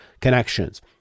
connections